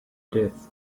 death